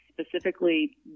specifically